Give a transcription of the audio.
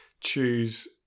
choose